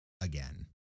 again